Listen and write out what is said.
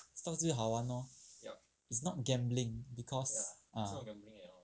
stocks 最好玩 loh it's not gambling because ah ya